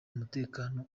umutekano